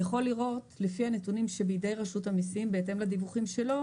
יכול לראות לפי הנתונים שבידי רשות המיסים בהתאם לדיווחים שלו,